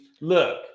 look